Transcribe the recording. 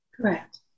Correct